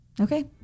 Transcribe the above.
Okay